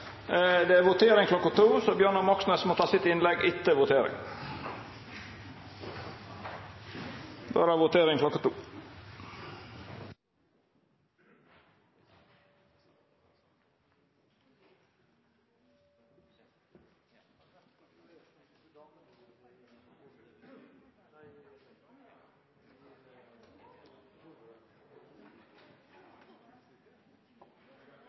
Det er votering kl. 14, så representanten Moxnes må ta sitt innlegg etter voteringa. Då er